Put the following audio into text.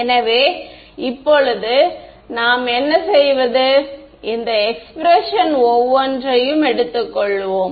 எனவே இப்போது நாம் என்ன செய்வது இந்த எக்ஸ்பிரஷன் ஒவ்வொன்றையும் எடுத்துக்கொள்வோம்